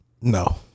No